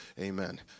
Amen